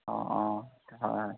অঁ অঁ হয়